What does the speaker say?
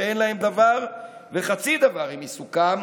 שאין להם דבר וחצי דבר עם עיסוקם,